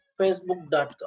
facebook.com